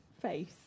face